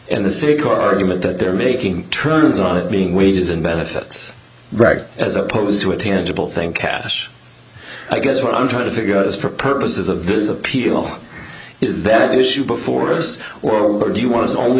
a core argument that they're making turns on it being wages and benefits rag as opposed to a tangible thing cash i guess what i'm trying to figure out is for purposes of this appeal is that an issue before us or do you want to only